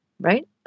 right